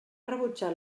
rebutjar